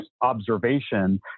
observation